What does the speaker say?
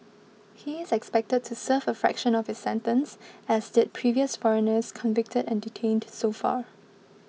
he is expected to serve a fraction of his sentence as did previous foreigners convicted and detained so far